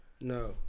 No